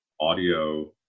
audio